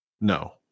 No